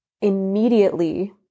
immediately